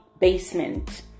basement